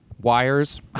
wires